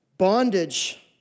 Bondage